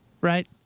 Right